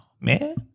man